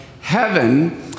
heaven